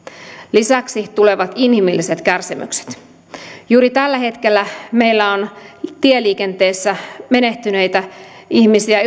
lisäksi tulevat inhimilliset kärsimykset juuri tällä hetkellä meillä on tieliikenteessä menehtyneitä ihmisiä